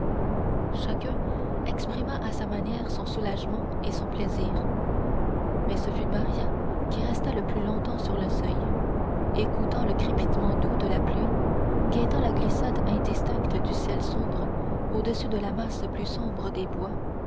chacun exprima à sa manière son soulagement et son plaisir mais ce fut maria qui resta le plus longtemps sur le seuil écoutant le crépitement doux de la pluie guettant la glissade indistincte du ciel sombre au-dessus de la masse plus sombre des bois